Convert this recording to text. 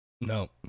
No